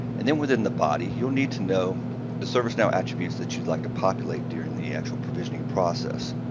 and then within the body, you need to know the servicenow attributes that you'd like to populate during the actual provisioning process.